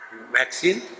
vaccine